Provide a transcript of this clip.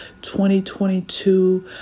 2022